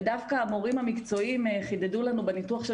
ודווקא המורים המקצועיים חידדו לנו בניתוח של